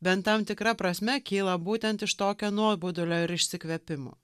bent tam tikra prasme kyla būtent iš tokio nuobodulio ir išsikvėpimo